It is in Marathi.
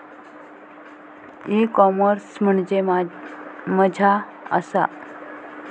ई कॉमर्स म्हणजे मझ्या आसा?